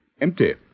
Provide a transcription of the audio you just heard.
Empty